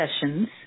sessions